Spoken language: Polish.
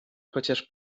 chociaż